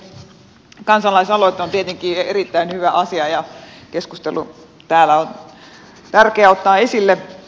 kansalaisaloite on tietenkin erittäin hyvä asia ja tärkeä täällä ottaa esille